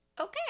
Okay